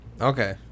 Okay